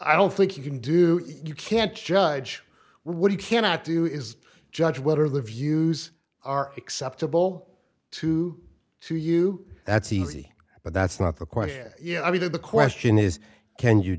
i don't think you can do you can't judge what you cannot do is judge whether the views are acceptable to to you that's easy but that's not the question yeah i mean to the question is can you